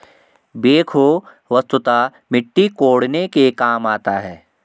backhoe वस्तुतः मिट्टी कोड़ने के काम आता है